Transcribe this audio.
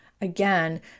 again